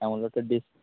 আমারও তো ডিস